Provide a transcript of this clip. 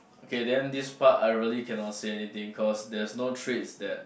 K then this part I really cannot say anything cause there's no traits that